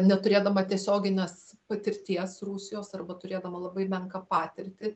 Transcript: neturėdama tiesioginės patirties rusijos arba turėdama labai menką patirtį